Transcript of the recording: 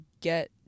get